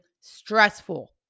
stressful